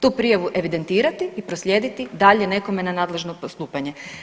Tu prijavu evidentirati i proslijediti dalje nekome na nadležno postupanje.